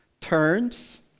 turns